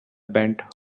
bent